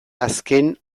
azken